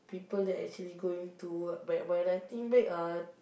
people that actually going to work but when I think back ah